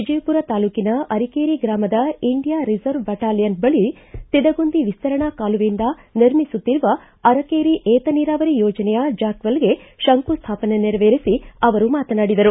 ವಿಜಯಪುರ ತಾಲೂಕಿನ ಅರಕೇರಿ ಗ್ರಾಮದ India reserve battalion ಬಳಿ ತಿಡಗುಂದಿ ವಿಸ್ತರಣಾ ಕಾಲುವೆಯಿಂದ ನಿರ್ಮಿಸುತ್ತಿರುವ ಅರಕೇರಿ ವಿತ ನೀರಾವರಿ ಯೋಜನೆಯ ಜಾಕವೆಲ್ಗೆ ಶಂಕುಸ್ಟಾಪನೆ ನೆರವೇರಿಸಿ ಅವರು ಮಾತನಾಡಿದರು